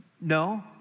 No